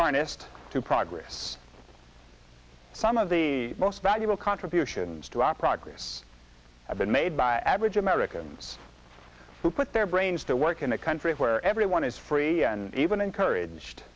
harnessed to progress some of the most valuable contributions to our progress have been made by average americans who put their brains to work in a country where everyone is free and even encouraged